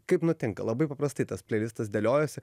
kaip nutinka labai paprastai tas pleilistas dėliojasi